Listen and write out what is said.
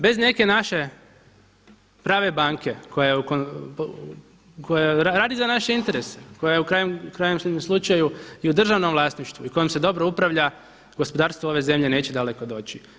Bez neke naše prave banke koja radi za naše interese, koja je u krajnjem slučaju i u državnom vlasništvu i kojom se dobro upravlja gospodarstvo ove zemlje neće daleko doći.